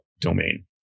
domain